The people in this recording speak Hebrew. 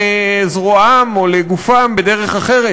לזרועם או לגופם בדרך אחרת,